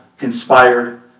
inspired